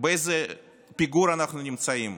באיזה פיגור אנחנו נמצאים: